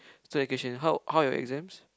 still education how how your exams